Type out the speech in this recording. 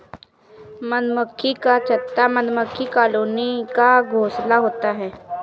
मधुमक्खी का छत्ता मधुमक्खी कॉलोनी का घोंसला होता है